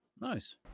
Nice